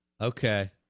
Okay